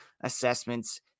assessments